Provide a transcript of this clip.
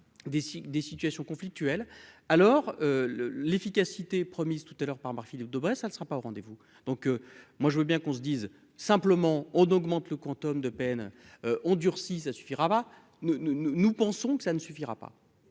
des situations conflictuelles alors l'efficacité promise tout à l'heure par Marc-Philippe Daubresse, ça ne sera pas au rendez-vous, donc moi je veux bien qu'on se dise simplement on augmente le quantum de peine ont durci, ça suffit, Rabat ne ne nous nous pensons que ça ne suffira pas,